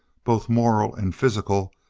both moral and physical,